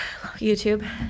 YouTube